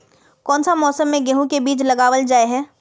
कोन सा मौसम में गेंहू के बीज लगावल जाय है